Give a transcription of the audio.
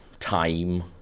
time